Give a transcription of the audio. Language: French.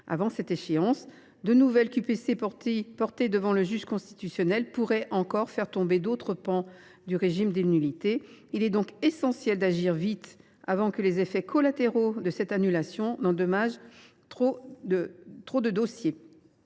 de constitutionnalité portées devant le juge constitutionnel pourraient encore faire tomber d’autres pans du régime des nullités. Il est donc essentiel d’agir vite, avant que les effets collatéraux de cette annulation n’endommagent trop de dossiers.